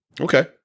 Okay